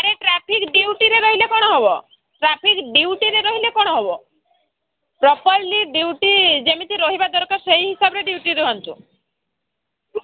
ଆରେ ଟ୍ରାଫିକ୍ ଡ୍ୟୁଟିରେ ରହିଲେ କ'ଣ ହେବ ଟ୍ରାଫିକ୍ ଡ୍ୟୁଟିରେ ରହିଲେ କ'ଣ ହେବ ପ୍ରପର୍ଲି ଡ୍ୟୁଟି ଯେମିତି ରହିବା ଦରକାର ସେଇ ହିସାବରେ ଡ୍ୟୁଟି ରୁହନ୍ତୁ